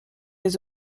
les